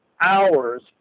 hours